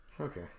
Okay